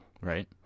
right